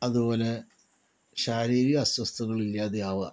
അതുപോലെ ശാരീരിക അസ്വസ്ഥതകൾ ഇല്ലാതെയാവുക